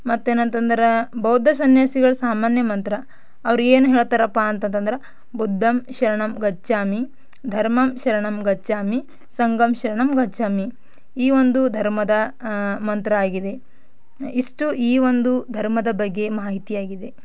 ಮತ್ತೇನಂತಂದ್ರೆ ಬೌದ್ಧ ಸನ್ಯಾಸಿಗಳು ಸಾಮಾನ್ಯ ಮಂತ್ರ ಅವ್ರೇನು ಹೇಳ್ತಾರಪ್ಪ ಅಂತಂದ್ರೆ ಬುದ್ಧಮ್ ಶರಣಮ್ ಗಚ್ಛಾಮಿ ಧರ್ಮಮ್ ಶರಣಮ್ ಗಚ್ಛಾಮಿ ಸಂಘಮ್ ಶರಣಮ್ ಗಚ್ಛಾಮಿ ಈ ಒಂದು ಧರ್ಮದ ಮಂತ್ರ ಆಗಿದೆ ಇಷ್ಟು ಈ ಒಂದು ಧರ್ಮದ ಬಗ್ಗೆ ಮಾಹಿತಿ ಆಗಿದೆ